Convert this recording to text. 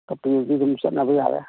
ꯒ ꯄꯤꯔꯗꯤ ꯑꯗꯨꯝ ꯆꯠꯅꯕ ꯌꯥꯔꯦ